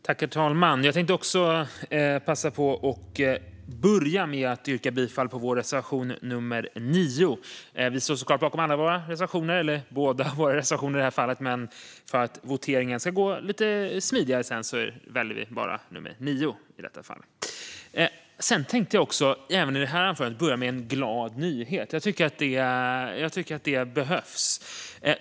Herr talman! Jag tänkte också passa på att börja med att yrka bifall till reservation nr 9. Vi står såklart bakom båda våra reservationer, men för att voteringen ska gå lite smidigare väljer vi att yrka bifall till nr 9. Jag tänkte även i det här anförandet börja med en glad nyhet. Det behövs.